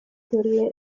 teorie